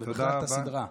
בכלל, הסדרה.